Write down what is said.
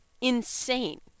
insane